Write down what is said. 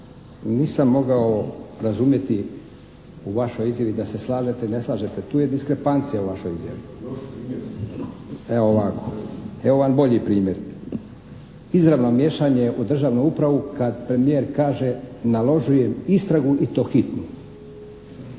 Nisam mogao razumjeti u vašoj izjavi da se slažete ili ne slažete. Tu je diskrepancija u vašoj izjavi. Evo ovako. Evo vam bolji primjer. Izravno miješanje u državnu upravu kad premijer kaže "naložujem istragu i to hitnu".